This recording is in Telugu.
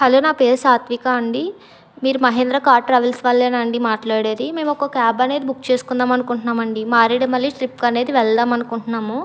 హలో నా పేరు సాత్వికా అండి మీరు మహేంద్ర కార్ ట్రావెల్స్ వాళ్ళేనండీ మాట్లాడేది మేము ఒక క్యాబ్ అనేది బుక్ చేసుకుందాం అనుకుంటున్నాం అండి మారేడు మల్లి ట్రిప్ అనేది వెళ్దాం అనుకుంటున్నాము